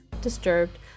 disturbed